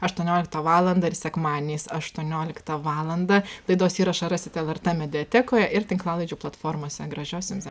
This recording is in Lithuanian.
aštuonioliktą valandą ir sekmadieniais aštuonioliktą valandą laidos įrašą rasite lrt mediatekoje ir tinklalaidžių platformose gražios jums